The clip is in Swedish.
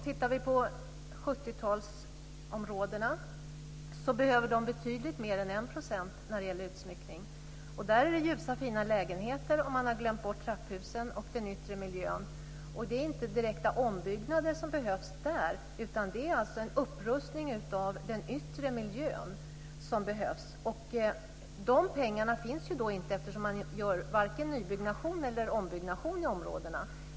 Tittar vi på 70-talsområdena ser vi att de behöver betydligt mer än 1 % när det gäller utsmyckning. Där är det ljusa fina lägenheter, men man har glömt bort trapphusen och den yttre miljön. Det är inte direkta ombyggnader som behövs där, utan det är en upprustning av den yttre miljön som behövs. De pengarna finns inte, eftersom man varken gör nybyggnation eller ombyggnation i områdena.